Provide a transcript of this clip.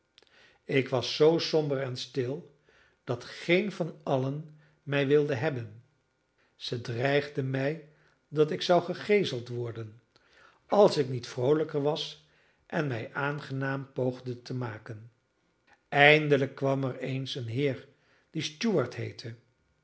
ik was zoo somber en stil dat geen van allen mij wilde hebben zij dreigden mij dat ik zou gegeeseld worden als ik niet vroolijker was en mij aangenaam poogde te maken eindelijk kwam er eens een heer die stuart heette